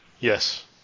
Yes